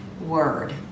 word